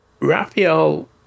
Raphael